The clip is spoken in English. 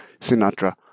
sinatra